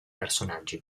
personaggi